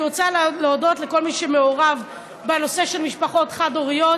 אני רוצה להודות לכל מי שמעורב בנושא של משפחות חד-הוריות.